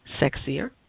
sexier